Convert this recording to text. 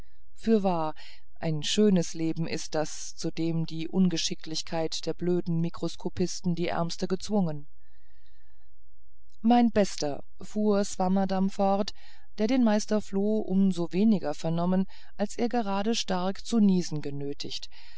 fürwahr ein schönes leben ist das zu dem die ungeschicklichkeit der blöden mikroskopisten die ärmste gezwungen mein bester fuhr swammerdamm fort der den meister floh um so weniger vernommen als er gerade stark zu niesen genötigt